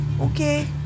okay